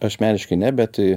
asmeniškai ne bet